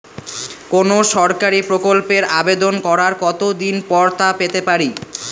কোনো সরকারি প্রকল্পের আবেদন করার কত দিন পর তা পেতে পারি?